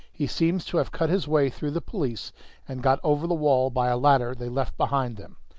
he seems to have cut his way through the police and got over the wall by a ladder they left behind them.